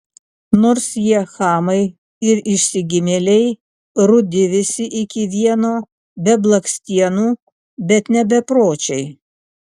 nors jie chamai ir išsigimėliai rudi visi iki vieno be blakstienų bet ne bepročiai